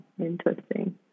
interesting